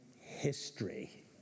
history